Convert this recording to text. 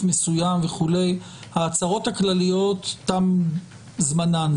מסוים וכו' ההצהרות הכלליות תם זמנן,